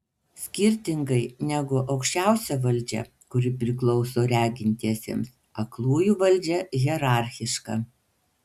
skirtingai negu aukščiausia valdžia kuri priklauso regintiesiems aklųjų valdžia hierarchiška